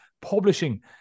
publishing